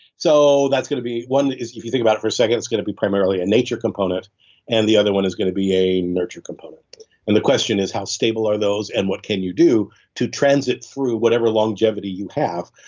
so that's going to be one that is if you think about it for a second is going to be primarily a nature component and the other one is going to be a nurture component and the question is how stable are those and what can you do to transit through whatever longevity you have?